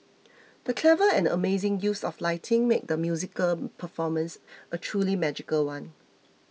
the clever and amazing use of lighting made the musical performance a truly magical one